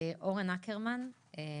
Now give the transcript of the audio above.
אורן אקרמן,